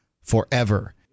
forever